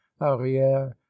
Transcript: arrière